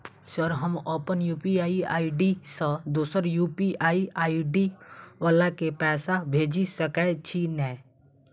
Sir हम अप्पन UPI ID सँ दोसर यु.पी.आई आई.डी वला केँ पैसा भेजि सकै छी नै?